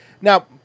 Now